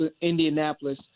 Indianapolis